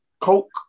coke